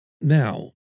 Now